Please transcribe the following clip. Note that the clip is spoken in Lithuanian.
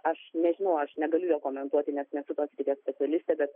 aš nežinau aš negaliu jo komentuoti nes nesu tos srities specialistė bet